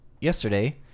yesterday